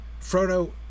Frodo